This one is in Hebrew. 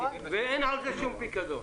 ואין על זה שום פיקדון.